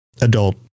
adult